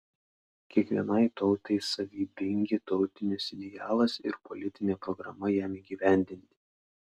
kiekvienai tautai savybingi tautinis idealas ir politinė programa jam įgyvendinti